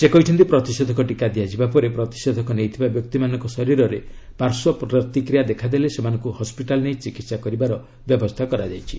ସେ କହିଛନ୍ତି ପ୍ରତିଷେଧକ ଟିକା ଦିଆଯିବା ପରେ ପ୍ରତିଷେଧକ ନେଇଥିବା ବ୍ୟକ୍ତିମାନଙ୍କ ଶରୀରରେ ପାର୍ଶ୍ୱ ପ୍ରତ୍ରିକିୟା ଦେଖାଦେଲେ ସେମାନଙ୍କୁ ହସ୍କିଟାଲ୍ ନେଇ ଚିକିତ୍ସା କରିବାର ବ୍ୟବସ୍ଥା କରାଯାଇଛି